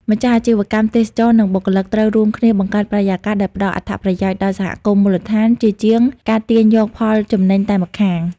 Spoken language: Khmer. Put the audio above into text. ម្ចាស់អាជីវកម្មទេសចរណ៍ និងបុគ្គលិកត្រូវរួមគ្នាបង្កើតបរិយាកាសដែលផ្ដល់អត្ថប្រយោជន៍ដល់សហគមន៍មូលដ្ឋាន ជាជាងការទាញយកផលចំណេញតែម្ខាង។